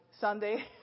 Sunday